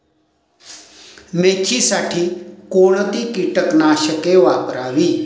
मेथीसाठी कोणती कीटकनाशके वापरावी?